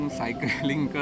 cycling